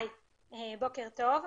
בוקר טוב.